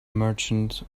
merchant